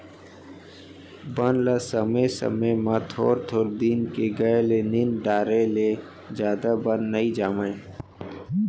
बन ल समे समे म थोर थोर दिन के गए ले निंद डारे ले जादा बन नइ जामय